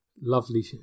lovely